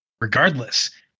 Regardless